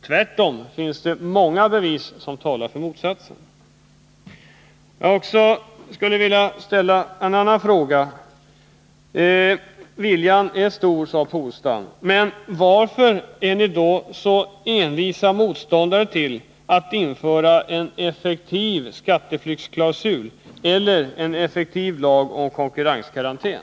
Tvärtom finns det många bevis för motsatsen. Jag skulle också vilja ställa en annan fråga. Viljan är stor, sade Åke Polstam. Men varför är ni då så envisa motståndare till att införa en effektiv skatteflyktsklausul eller en effektiv lag om konkurskarantän?